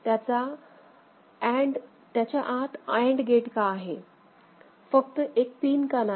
त्याचा आत and gate का आहे फक्त एक पिन का नाही